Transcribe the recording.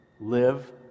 live